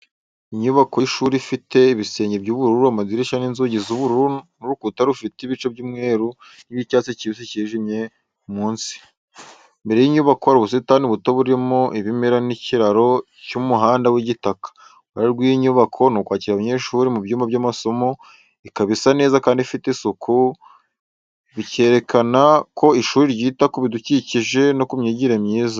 Inyubako y’ishuri ifite ibisenge by’ubururu, amadirishya n’inzugi z’ubururu, n’urukuta rufite ibice by’umweru n’iby’icyatsi kibisi cyijimye ku munsi. Mbere y’inyubako hari ubusitani buto burimo ibimera n’ikiraro cy’umuhanda w’igitaka. Uruhare rw’iyi nyubako ni ukwakira abanyeshuri mu byumba by’amasomo, ikaba isa neza kandi ifite isuku, bikerekana ko ishuri ryita ku bidukikije no ku myigire myiza.